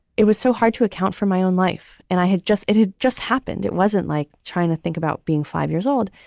it was so hard to account for my own life. and i had just it had just happened. it wasn't like trying to think about being five years old.